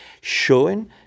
showing